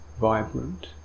vibrant